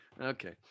Okay